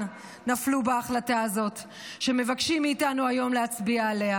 נפלו בהחלטה הזאת שמבקשים מאיתנו היום להצביע עליה,